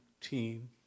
team